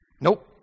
Nope